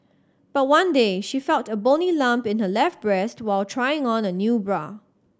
but one day she felt a bony lump in her left breast while trying on a new bra